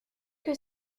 que